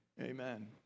amen